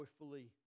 Joyfully